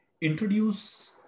introduce